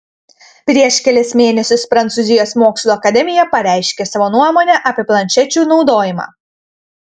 prieš kelis mėnesius prancūzijos mokslų akademija pareiškė savo nuomonę apie planšečių naudojimą